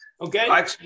Okay